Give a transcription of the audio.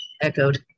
echoed